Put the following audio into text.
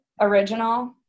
original